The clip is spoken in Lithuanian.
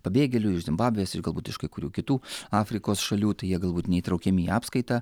pabėgėlių iš zimbabvės ir galbūt iš kai kurių kitų afrikos šalių tai jie galbūt neįtraukiami į apskaitą